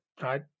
right